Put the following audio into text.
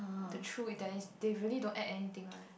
the true Italian is they really don't add anything one